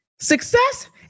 Success